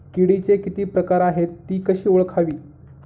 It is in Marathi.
किडीचे किती प्रकार आहेत? ति कशी ओळखावी?